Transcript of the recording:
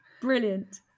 Brilliant